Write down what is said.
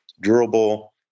durable